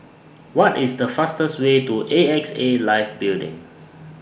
What IS The fastest Way to A X A Life Building